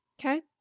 Okay